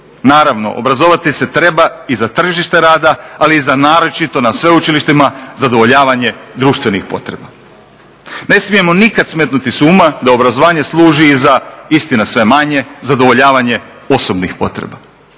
Naravno, obrazovati se treba i za tržište rada, ali i za naročito na sveučilištima zadovoljavanje društvenih potreba. Ne smijemo nikad smetnuti s uma da obrazovanje služi i za istina sve manje zadovoljavanje osobnih potreba.